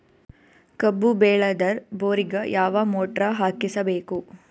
ಕಬ್ಬು ಬೇಳದರ್ ಬೋರಿಗ ಯಾವ ಮೋಟ್ರ ಹಾಕಿಸಬೇಕು?